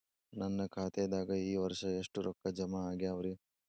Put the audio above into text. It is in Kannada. ನನ್ನ ಖಾತೆದಾಗ ಈ ವರ್ಷ ಎಷ್ಟು ರೊಕ್ಕ ಜಮಾ ಆಗ್ಯಾವರಿ?